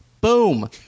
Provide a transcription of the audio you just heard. Boom